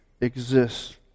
exists